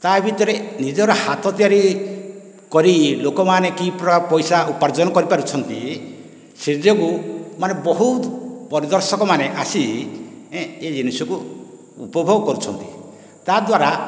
ତା ଭିତରେ ନିଜର ହାତ ତିଆରି କରି ଲୋକମାନେ କି ପ୍ରକାର ପଇସା ଉପାର୍ଜନ କରିପାରୁଛନ୍ତି ସେ ଯୋଗୁଁ ମାନେ ବହୁତ ପରିଦର୍ଶକମାନେ ଆସି ଏ ଜିନିଷକୁ ଉପଭୋଗ କରୁଛନ୍ତି ତାଦ୍ୱାରା